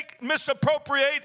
misappropriate